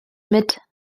mit